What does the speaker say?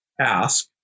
ask